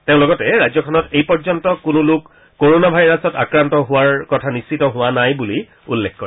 তেওঁ লগতে ৰাজ্যখনত এই পৰ্যন্ত্য কোনো লোক কৰণা ভাইৰাছত আক্ৰান্ত হোৱাৰ কথা নিশ্চিত হোৱা নাই উল্লেখ কৰে